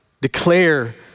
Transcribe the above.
declare